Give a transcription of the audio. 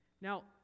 Now